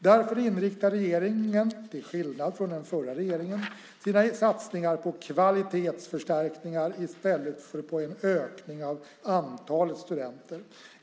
Därför inriktar regeringen, till skillnad från den förra regeringen, sina satsningar på kvalitetsförstärkningar i stället för på en ökning av antalet studenter.